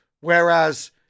Whereas